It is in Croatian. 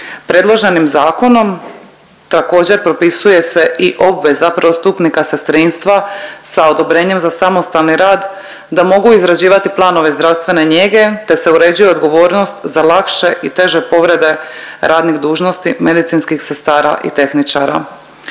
Predloženim zakonom također propisuje se i obveza prvostupnika sestrinstva sa odobrenjem za samostalni rad da mogu izrađivati planove zdravstvene njege, te se uređuje odgovornost za lakše i teže povrede radnih dužnosti medicinskih sestara i tehničara.